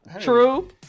True